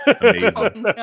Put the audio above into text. Amazing